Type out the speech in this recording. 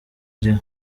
ariho